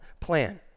plan